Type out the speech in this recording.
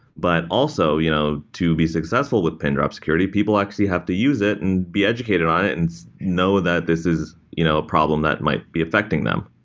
but also you know to be successful with pindrop security, people actually have to use it and be educated on it and know that this is you know a problem that might be affecting them.